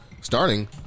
starting